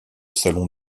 salon